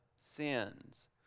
sins